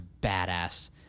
badass